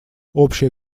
общее